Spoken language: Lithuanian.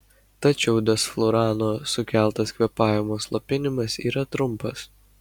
tačiau desflurano sukeltas kvėpavimo slopinimas yra trumpas